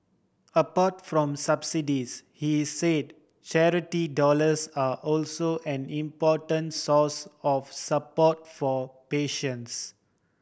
apart from subsidies he said charity dollars are also an important source of support for patients